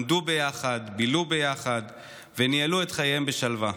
למדו ביחד, בילו ביחד וניהלו את חייהם בשלווה.